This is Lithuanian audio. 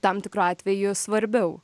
tam tikru atveju svarbiau